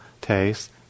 taste